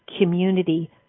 community